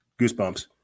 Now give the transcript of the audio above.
Goosebumps